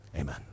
Amen